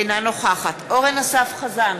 אינה נוכחת אורן אסף חזן,